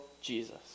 Jesus